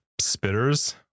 spitters